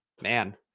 Man